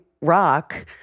rock